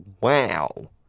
wow